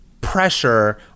pressure